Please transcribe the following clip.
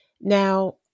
Now